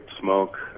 smoke